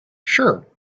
sure